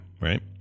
right